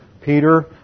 Peter